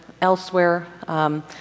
elsewhere